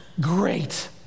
great